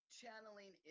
channeling